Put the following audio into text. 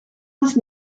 was